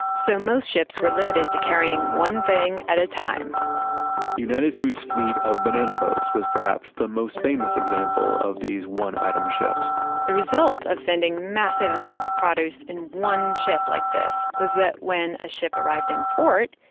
so, most ships were limited to carrying one thing at a time united foods' fleet of banana boats was perhaps the most famous example of these one item ships the result of sending massive amounts of produce in one ship like this was that when a ship arrived in port,